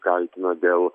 kaltina dėl